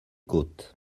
côtes